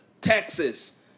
Texas